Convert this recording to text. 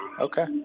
Okay